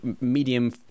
medium